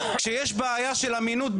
כשיש בעיה של אמינות,